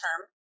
term